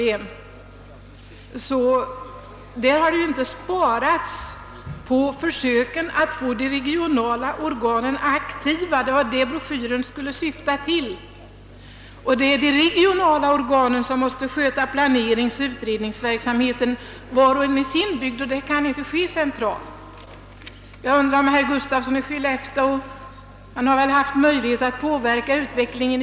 Och man har inte sparat på försöken att aktivisera de regionala organen. Det var vad broschyren syftade till. Det är de regionala organen som måste sköta planeringsoch utredningsverksamheten vart och ett i sin bygd. Detta kan inte göras centralt. Vad har gjorts i den bygd där herr Gustafsson i Skellefteå haft möjlighet att påverka utvecklingen?